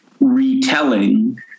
retelling